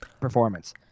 performance